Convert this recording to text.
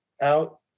out